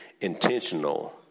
intentional